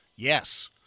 Yes